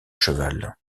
cheval